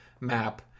map